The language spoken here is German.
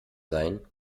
sein